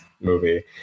movie